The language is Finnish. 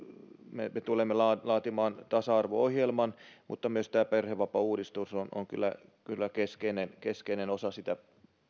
me me tulemme laatimaan tasa arvo ohjelman mutta myös perhevapaauudistus on on kyllä kyllä keskeinen keskeinen osa sitä